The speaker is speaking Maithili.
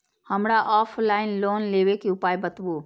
हमरा ऑफलाइन लोन लेबे के उपाय बतबु?